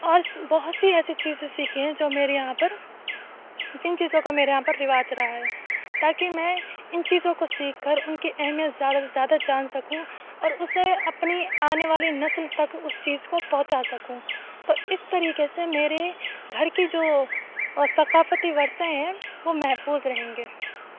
اور بہت سی ایسی چیزیں سیکھی ہیں جو میرے یہاں پر جن چیزوں کا میرے یہاں پر رواج رہا ہے تاکہ میں ان چیزوں کو سیکھ کر ان کی اہمیت زیادہ سے زیادہ جان سکوں اور اسے اپنی آنے والی نسل تک اس چیز کو پہنچا سکوں تو اس طریقے سے میرے گھر کی جو ثقافتی ورثے ہیں وہ محفوظ رہیں گے